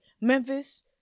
Memphis